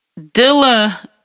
Dilla